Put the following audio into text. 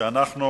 שאנחנו